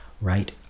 right